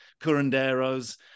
curanderos